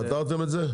פתרתם את זה?